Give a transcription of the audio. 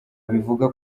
bivuga